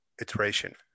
iteration